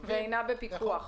ואינה בפיקוח.